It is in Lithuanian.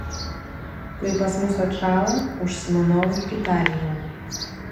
kai pas mus atšąla užsimanau italijon